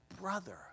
brother